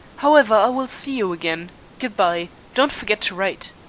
however, i will see you again. good-bye. don't forget to write.